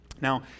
Now